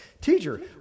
Teacher